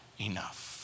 enough